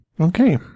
Okay